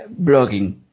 blogging